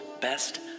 best